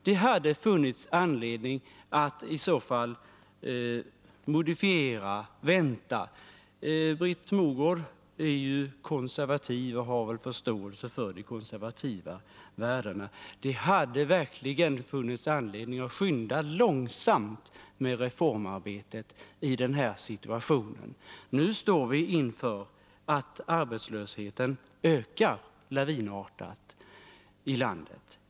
Det hade varit anledning att modifiera och vänta. Britt Mogård är ju konservativ och har väl förståelse för de konservativa värdena. Det hade funnits anledning att skynda långsamt med reformarbetet i den här situationen. Nu står vi inför en lavinartad ökning av arbetslösheten i landet.